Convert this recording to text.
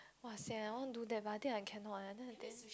!wah! sian I want do that but I think I cannot eh then again